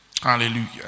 Hallelujah